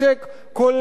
יכולים להיכנס.